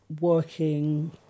working